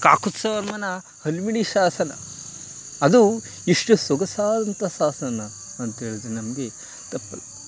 ಕಾಕುಸ್ತವರ್ಮನ ಹಲ್ಮಿಡಿ ಶಾಸನ ಅದು ಎಷ್ಟು ಸೊಗಸಾದಂತಹ ಶಾಸನ ಅಂತ್ಹೇಳದ್ರೆ ನಮಗೆ ತಪ್ಪಲ್ಲ